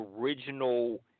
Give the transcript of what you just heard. original